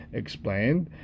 explained